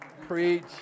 Preach